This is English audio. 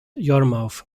yarmouth